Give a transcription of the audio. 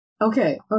Okay